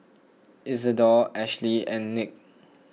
Isidore Ashlea and Nick